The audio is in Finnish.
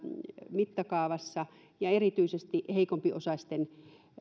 mittakaavassa ja erityisesti heikompiosaisten